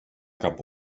cap